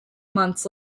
months